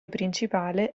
principale